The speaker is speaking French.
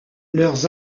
leurs